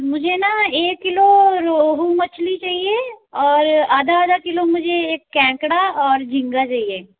मुझे ना एक किलो रोहू मछली चाहिए और आधा आधा किलो मुझे एक कैंकड़ा और झिंगा चाहिए